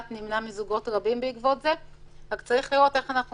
נמנע מזוגות רבים בעקבות זה; רק צריך לראות איך אנחנו